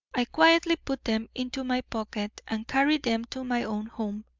i quietly put them into my pocket, and carried them to my own home.